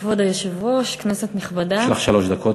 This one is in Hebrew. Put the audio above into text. כבוד היושב-ראש, כנסת נכבדה, יש לך שלוש דקות.